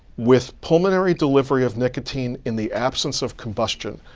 with pulmonary delivery of nicotine in the absence of combustion,